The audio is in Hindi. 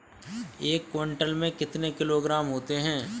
एक क्विंटल में कितने किलोग्राम होते हैं?